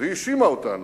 והיא האשימה אותנו.